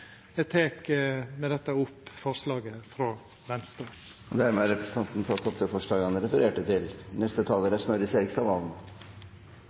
Eg tek med dette opp forslaget frå Venstre. Representanten Terje Breivik har tatt opp forslaget han refererte.